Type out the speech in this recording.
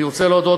אני רוצה להודות,